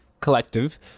collective